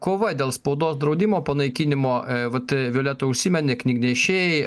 kova dėl spaudos draudimo panaikinimo vat violeta užsimenė knygnešiai